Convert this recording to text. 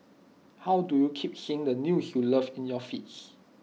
how do you keep seeing the news you love in your feeds